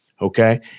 okay